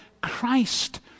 Christ